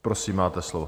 Prosím, máte slovo.